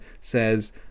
says